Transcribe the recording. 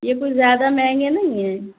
یہ کچھ زیادہ مہنگے نہیں ہیں